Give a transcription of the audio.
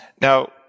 Now